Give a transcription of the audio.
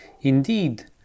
Indeed